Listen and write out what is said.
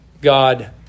God